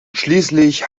schließlich